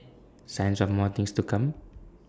signs of more things to come